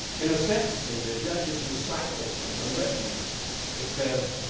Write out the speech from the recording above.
in a sentencing, the judge's recital of the litany that says,